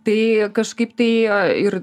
tai kažkaip tai ir